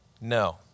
No